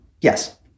Yes